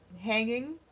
hanging